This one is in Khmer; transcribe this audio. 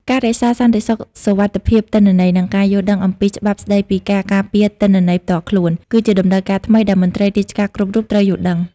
ការរក្សាសន្តិសុខសុវត្ថិភាពទិន្នន័យ និងការយល់ដឹងអំពីច្បាប់ស្តីពីការការពារទិន្នន័យផ្ទាល់ខ្លួន គឺជាតម្រូវការថ្មីដែលមន្ត្រីរាជការគ្រប់រូបត្រូវយល់ដឹង។